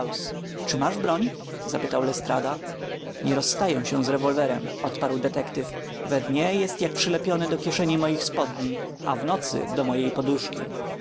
czy masz broń zapytał lestrada nie rozstaję się z rewolwerem odparł detektyw we dnie jest jak przylepiony do kieszeni moich spodni a w nocy do mojej poduszki